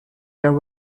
there